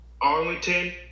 Arlington